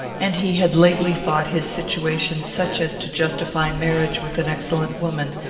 and he had lately thought his situation such as to justify marriage with an excellent woman,